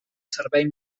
servei